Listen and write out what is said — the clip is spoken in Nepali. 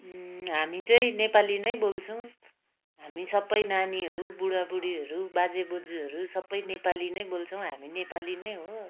हामी चाहिँ नेपाली नै बोल्छौँ हामी सबै नानीहरू बुढा बुढीहरू बाजे बोजूहरू सबै नेपाली नै बोल्छौँ हामी नेपाली नै हो